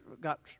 got